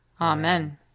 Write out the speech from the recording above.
Amen